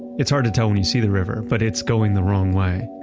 it's hard to tell when you see the river but it's going the wrong way.